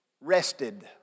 rested